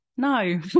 no